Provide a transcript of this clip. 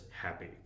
happy